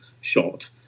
shot